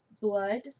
blood